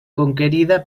conquerida